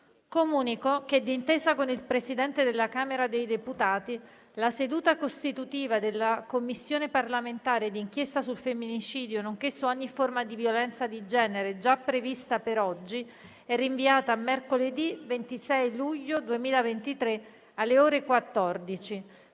Comunico che, d'intesa con il Presidente della Camera dei deputati, la seduta costitutiva della Commissione parlamentare d'inchiesta sul femminicidio, nonché su ogni forma di violenza di genere, già prevista per oggi, è rinviata mercoledì 26 luglio 2023, alle ore 14,